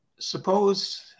suppose